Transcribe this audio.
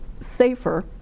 safer